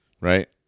Right